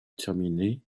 terminées